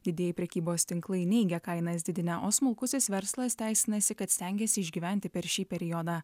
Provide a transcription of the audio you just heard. didieji prekybos tinklai neigia kainas didinę o smulkusis verslas teisinasi kad stengiasi išgyventi per šį periodą